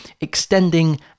extending